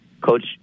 Coach